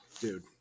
dude